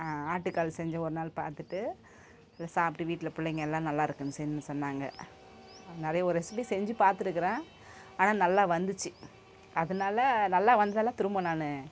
ஆட்டுக்கால் செஞ்சு ஒரு நாள் பார்த்துட்டு அதை சாப்பிட்டு வீட்டில் பிள்ளைங்க எல்லாம் நல்லா இருக்குதுன்னு செய்ன்னு சொன்னாங்க நிறைய ஒரு ஸ்வீட் செஞ்சு பார்த்துருக்குறேன் ஆனால் நல்லா வந்துச்சு அதனால நல்லா வந்ததால் திரும்ப நான்